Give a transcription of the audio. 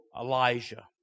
Elijah